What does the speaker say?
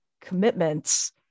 commitments